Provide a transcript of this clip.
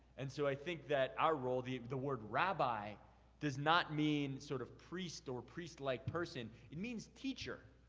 and so, i think that our role, the the word rabbi does not mean sort of priest or priest-like person. it means teacher.